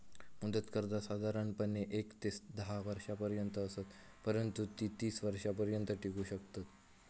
मुदत कर्जा साधारणपणे येक ते धा वर्षांपर्यंत असत, परंतु ती तीस वर्षांपर्यंत टिकू शकतत